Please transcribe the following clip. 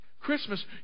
Christmas